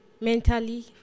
mentally